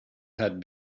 had